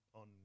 on